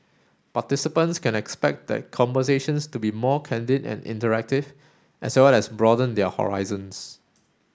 participants can expect the conversations to be more candid and interactive as well as broaden their horizons